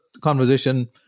conversation